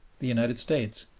the united states,